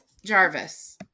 Jarvis